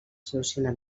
soluciona